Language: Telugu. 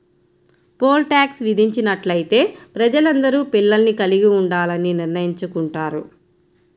పోల్ టాక్స్ విధించినట్లయితే ప్రజలందరూ పిల్లల్ని కలిగి ఉండాలని నిర్ణయించుకుంటారు